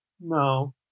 No